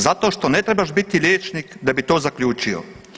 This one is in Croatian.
Zato što ne trebaš biti liječnik da bi to zaključio.